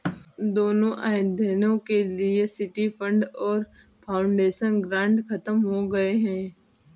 दोनों अध्ययनों के लिए सिटी फंड और फाउंडेशन ग्रांट खत्म हो गए हैं